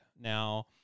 now